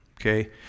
Okay